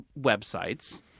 websites